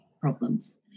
problems